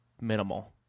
minimal